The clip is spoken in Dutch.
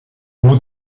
moet